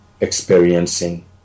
experiencing